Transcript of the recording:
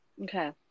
Okay